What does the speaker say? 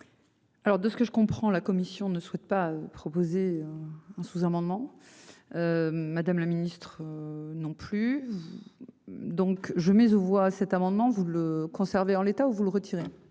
Alors, de ce que je comprends la commission ne souhaite pas proposer en sous-amendements. Madame la Ministre. Non plus. Donc je, mais je vois cet amendement, vous le conserver en l'état, où vous le retirer.